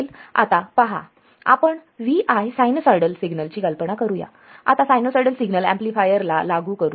आता पहा आपण Vi सायनोसॉयडल सिग्नल ची कल्पना करूया आणि सायनोसॉयडल सिग्नल ऍम्प्लिफायर ला लागू करू